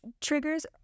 triggers